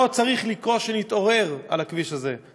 מה עוד צריך לקרות על הכביש הזה כדי שנתעורר?